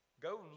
Go